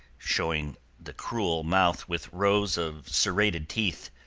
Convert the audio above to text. showing the cruel mouth with rows of serrated teeth.